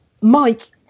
Mike